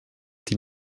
die